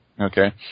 Okay